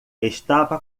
estava